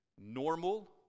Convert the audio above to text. normal